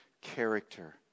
character